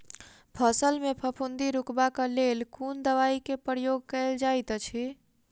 फसल मे फफूंदी रुकबाक लेल कुन दवाई केँ प्रयोग कैल जाइत अछि?